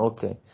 Okay